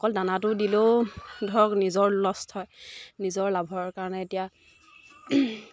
অকল দানাটো দিলেও ধৰক নিজৰ লষ্ট হয় নিজৰ লাভৰ কাৰণে এতিয়া